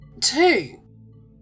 Two